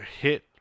hit